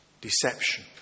deception